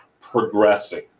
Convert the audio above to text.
progressing